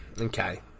okay